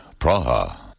Praha